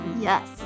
Yes